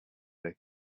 they